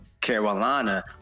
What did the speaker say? Carolina